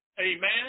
Amen